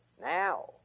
Now